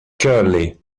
curly